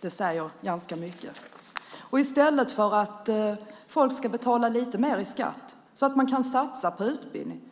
Det säger ganska mycket. Man gör så i stället för att folk ska betala lite mer i skatt så att man kan satsa på utbildning.